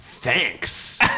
Thanks